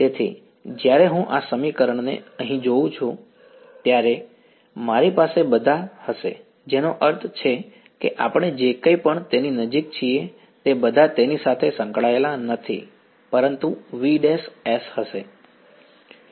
તેથી જ્યારે હું આ સમીકરણને અહીં જોઉં છું ત્યારે મારી પાસે બધા હશે જેનો અર્થ છે કે આપણે જે કંઈ પણ તેની નજીક છીએ તે બધા તેની સાથે સંકળાયેલા નથી પરંતુ vs હશે